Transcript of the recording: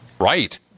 Right